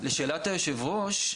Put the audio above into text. לשאלת יושב הראש,